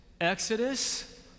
Exodus